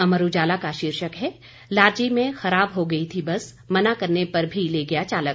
अमर उजाला का शीर्षक है लारजी में खराब हो गई थी बस मना करने पर भी ले गया चालक